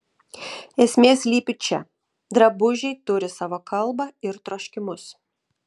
esmė slypi čia drabužiai turi savo kalbą ir troškimus